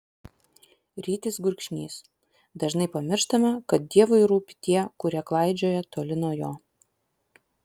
rytis gurkšnys dažnai pamirštame kad dievui rūpi tie kurie klaidžioja toli nuo jo